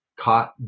caught